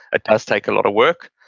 does take a lot of work,